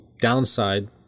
downside